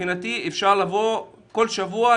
ומבחינתי אפשר לבוא כל שבוע,